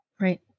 Right